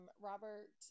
Robert